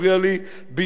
בקעת-הירדן,